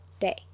day